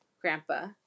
Grandpa